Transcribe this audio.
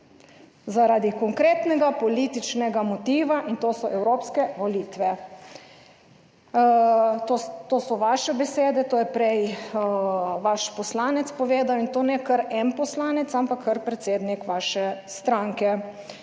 Zaradi konkretnega političnega motiva in to so evropske volitve. To so vaše besede, to je prej vaš poslanec povedal. In to ne kar en poslanec, ampak kar predsednik vaše stranke